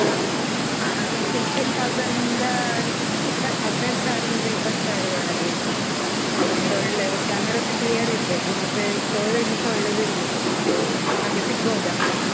ಹಾಂ ಹಾಂ fifteen thousand ಅದು ಇಪ್ಪ ಹದಿನೈದು ಸಾವಿರದಿಂದ ಇಪ್ಪತ್ತು ಸಾವಿರದ ಒಳಗೆ ಹಾಂ ಒಂದು ಒಳ್ಳೆಯ ಕ್ಯಾಮರ ಸಹ ಕ್ಲಿಯರ್ ಇರಬೇಕು ಮತ್ತು ಸ್ಟೋರೇಜ್ ಸಹ ಒಳ್ಳೇದು ಇರಬೇಕು ಹಾಗೆ ಸಿಗ್ಬೋದಾ ಮ್ಯಾಮ್